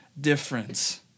difference